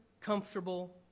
comfortable